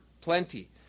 Plenty